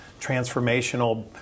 transformational